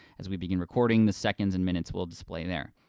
as we begin recording, the seconds and minutes will display there.